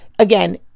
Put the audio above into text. Again